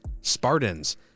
Spartans